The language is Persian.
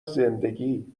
زندگی